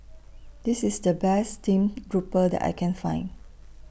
This IS The Best Steamed Grouper that I Can Find